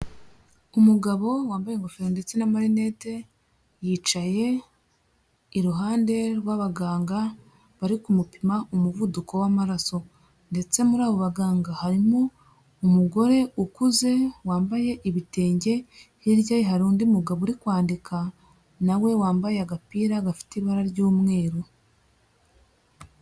Umugabo wambaye ingofero ndetse n'amarinete yicaye iruhande rw'abaganga bari kumupima umuvuduko w'amaraso ndetse muri abo baganga harimo umugore ukuze wambaye ibitenge, hirya ye hari undi mugabo uri kwandika na we wambaye agapira gafite ibara ry'umweru.